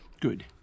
good